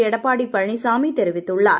எடப்பாடி பழனிசாமி தெரிவித்துள்ளார்